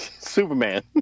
Superman